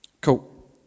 Cool